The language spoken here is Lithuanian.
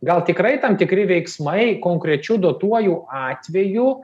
gal tikrai tam tikri veiksmai konkrečiu duotuoju atveju